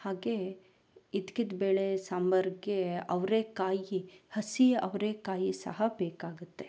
ಹಾಗೇ ಹಿಚ್ಕಿದ್ಬೇಳೆ ಸಾಂಬಾರಕ್ಕೆ ಅವರೇಕಾಯಿ ಹಸಿ ಅವರೇಕಾಯಿ ಸಹ ಬೇಕಾಗುತ್ತೆ